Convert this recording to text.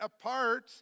apart